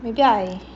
every time